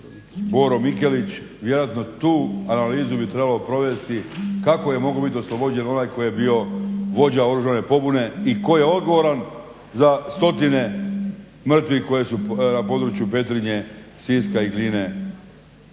Boro Mikelić. Vjerojatno tu analizu bi trebalo provesti kako je mogao biti oslobođen onaj koji je bio vođa oružane pobune i tko je odgovoran za stotine mrtvih koji su na području Petrinje, Siska i Gline